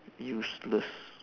useless